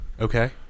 Okay